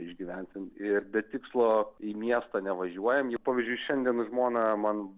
išgyvensim ir be tikslo į miestą nevažiuojam į pavyzdžiui šiandien žmona man